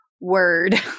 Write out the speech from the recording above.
word